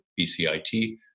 BCIT